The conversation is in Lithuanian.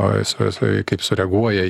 o įsivaizduoju kaip sureaguoja